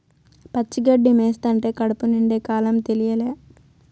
పచ్చి గడ్డి మేస్తంటే కడుపు నిండే కాలం తెలియలా